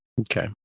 Okay